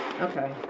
Okay